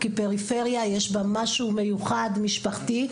כי פריפריה יש בה משהו מיוחד משפחתי.